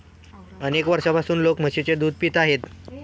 अनेक वर्षांपासून लोक म्हशीचे दूध पित आहेत